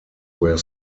where